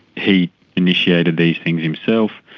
he initiated these things himself,